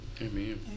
Amen